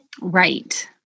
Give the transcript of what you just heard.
Right